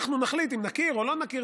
אנחנו נחליט אם נכיר בהם או לא נכיר,